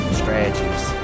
strategies